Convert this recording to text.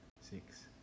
Six